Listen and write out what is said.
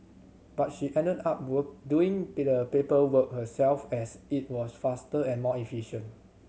but she ended up doing the paperwork herself as it was faster and more efficient